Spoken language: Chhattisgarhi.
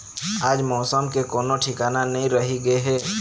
आज मउसम के कोनो ठिकाना नइ रहि गे हे